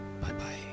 Bye-bye